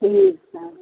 ठीक छै